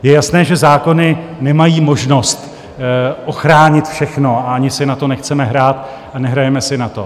Je jasné, že zákony nemají možnost ochránit všechno, a ani si na to nechceme hrát a nehrajeme si na to.